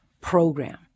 program